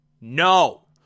no